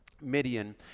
Midian